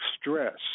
stress